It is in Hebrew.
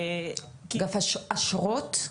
אגף אשרות?